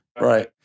Right